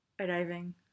arriving